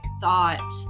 thought